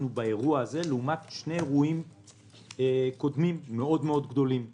באירוע הזה לעומת שני אירועים קודמים גדולים מאוד: